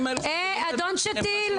אדון שתיל.